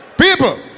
people